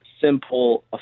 simple